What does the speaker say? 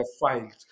files